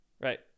right